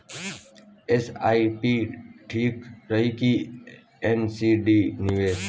SIP ठीक रही कि एन.सी.डी निवेश?